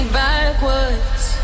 backwards